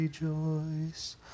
rejoice